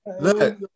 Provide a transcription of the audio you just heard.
Look